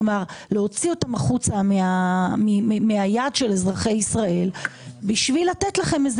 כלומר להוציא אותם החוצה מהיד של אזרחי ישראל בשביל לתת לכם,